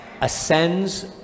ascends